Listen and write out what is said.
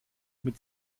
mit